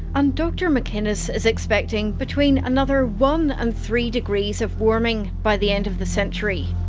and dr mcinnes is expecting between another one and three degrees of warming by the end of the century.